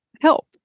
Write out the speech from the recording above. help